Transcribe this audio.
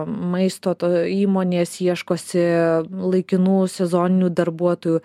maisto įmonės ieškosi laikinų sezoninių darbuotojų